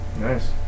Nice